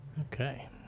Okay